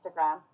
Instagram